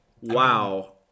Wow